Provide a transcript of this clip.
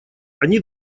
они